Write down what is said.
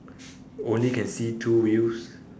only can see two wheels